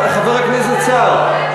חבר הכנסת סער,